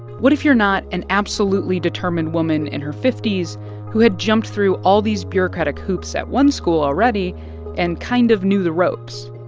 what if you're not an absolutely determined woman in her fifty s who had jumped through all these bureaucratic hoops at one school already and kind of knew the ropes?